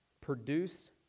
produce